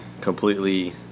Completely